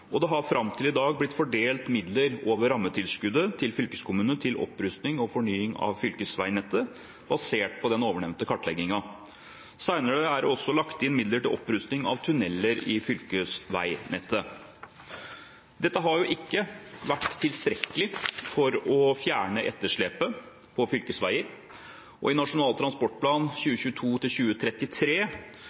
og det har fram til i dag blitt fordelt midler over rammetilskuddet til fylkeskommunene til opprustning og fornying av fylkesveinettet basert på den ovennevnte kartleggingen. Senere er det også lagt inn midler til opprustning av tunneler i fylkesveinettet. Dette har ikke vært tilstrekkelig for å fjerne etterslepet på fylkesveier, og i Nasjonal transportplan 2022–2033 la Solberg-regjeringen opp til